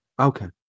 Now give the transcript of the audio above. okay